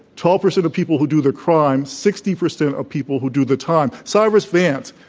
twelve percent of people who do the crime, sixty percent of people who do the time. cyrus vance,